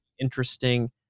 interesting